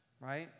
right